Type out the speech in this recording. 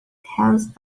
has